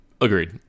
Agreed